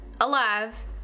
alive